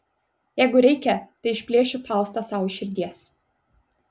jeigu reikia tai išplėšiu faustą sau iš širdies